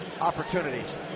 opportunities